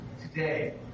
today